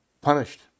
punished